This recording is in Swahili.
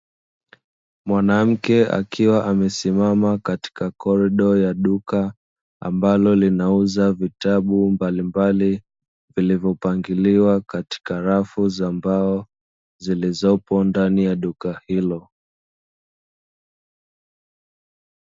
Mwanamke akiwa amesimama katika korido ya duka, ambalo linauza vitabu mbalimbali. Vilivopangiliwa katika rafu za mbao, zilizopo ndani ya duka hilo.